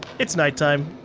it's nighttime.